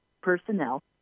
personnel